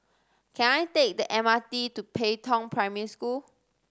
can I take the M R T to Pei Tong Primary School